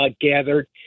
gathered